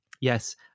yes